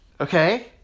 Okay